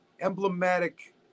emblematic